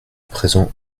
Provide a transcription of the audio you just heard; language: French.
présent